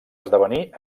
esdevenir